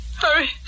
Hurry